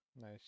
Nice